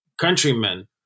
countrymen